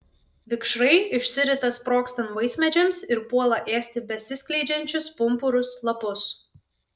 vikšrai išsirita sprogstant vaismedžiams ir puola ėsti besiskleidžiančius pumpurus lapus